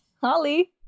Holly